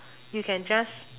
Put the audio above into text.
you can just